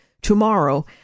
tomorrow